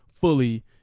fully